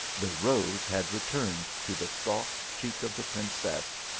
the rose had returned to the soft cheek of the princess,